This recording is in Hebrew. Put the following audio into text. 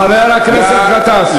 חבר הכנסת גטאס,